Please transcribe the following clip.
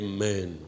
Amen